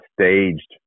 staged